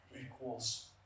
equals